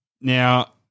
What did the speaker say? now